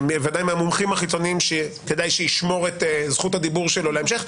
שבוודאי מהמומחים החיצוניים שכדאי שישמור את זכות הדיבור שלו להמשך,